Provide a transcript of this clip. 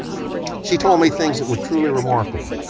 she told me things that were truly remarkable.